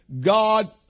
God